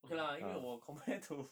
okay lah 因为我 compare to